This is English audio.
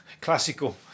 classical